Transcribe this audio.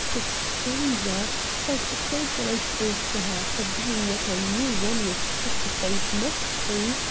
a stranger, felt so grateful to her for being what i knew one with such a face must be,